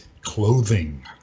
clothing